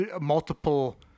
multiple